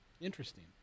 Interesting